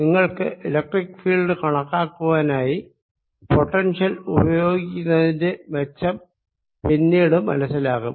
നിങ്ങൾക്ക് electric field കണക്കാക്കുവാനായി potential ഉപയോഗിക്കുന്നതിന്റെ മെച്ചം പിന്നീട് മനസ്സിലാകും